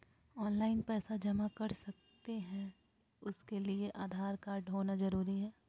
Online पैसा जमा कर सकते हैं उसके लिए आधार कार्ड होना जरूरी है?